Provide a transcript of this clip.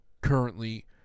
currently